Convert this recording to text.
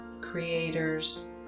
Creator's